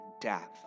death